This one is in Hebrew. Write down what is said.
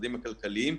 ומהמשרדים הכלכליים,